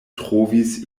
trovis